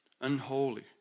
unholy